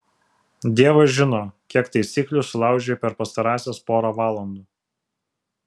dievas žino kiek taisyklių sulaužei per pastarąsias porą valandų